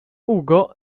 ugo